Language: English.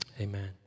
amen